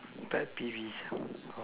bad T V